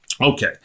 Okay